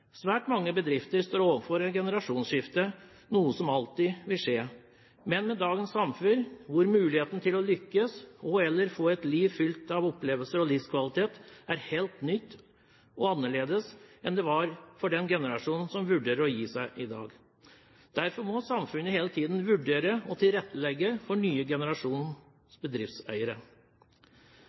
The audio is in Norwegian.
Svært mange bedrifter står overfor et generasjonsskifte, noe som alltid vil skje. Men dagens samfunn, med muligheten til å lykkes og/eller få et liv fylt av opplevelser og livskvalitet, er helt nytt og annerledes enn det var for den generasjonen som vurderer å gi seg i dag. Derfor må samfunnet hele tiden vurdere å tilrettelegge for en ny generasjons bedriftseiere.